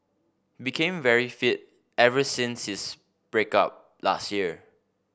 became very fit ever since his break up last year